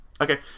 Okay